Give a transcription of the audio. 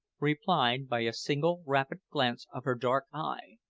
replied by a single rapid glance of her dark eye,